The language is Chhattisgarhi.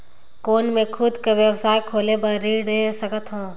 कौन मैं खुद कर व्यवसाय खोले बर ऋण ले सकत हो?